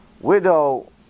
widow